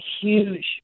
huge